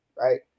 right